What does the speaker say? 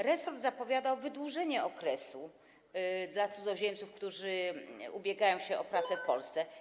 Resort zapowiadał wydłużenie tego okresu dla cudzoziemców, którzy ubiegają się o pracę w Polsce.